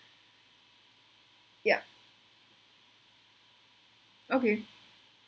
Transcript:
yup okay